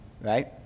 right